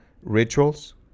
rituals